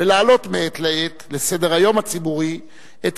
ולהעלות מעת לעת לסדר-היום הציבורי את